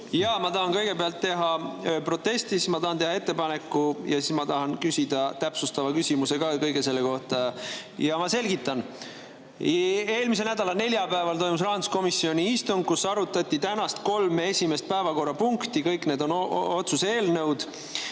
Jaa, ma tahan kõigepealt [esitada] protesti, siis ma tahan teha ettepaneku ja siis ma tahan küsida ka täpsustava küsimuse kõige selle kohta. Ma selgitan. Eelmise nädala neljapäeval toimus rahanduskomisjoni istung, kus arutati kolme tänast esimest päevakorrapunkti. Kõik need on otsuse eelnõud